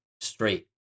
straight